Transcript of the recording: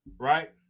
right